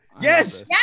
Yes